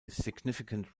significant